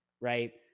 right